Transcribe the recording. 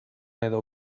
edo